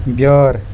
بِیٲر